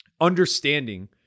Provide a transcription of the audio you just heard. understanding